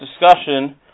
discussion